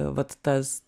vat tas